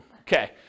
Okay